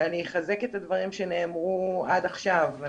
אחזק את הדברים שנאמרו עד עכשיו.